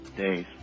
Days